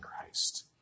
Christ